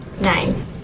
Nine